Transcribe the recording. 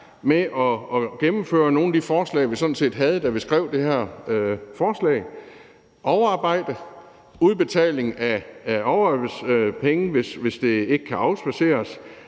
med at gennemføre nogle af de forslag, vi sådan set havde, da vi skrev det her forslag, nemlig om overarbejde og udbetaling af overarbejdspenge, hvis det ikke kan afspadseres;